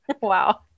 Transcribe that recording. Wow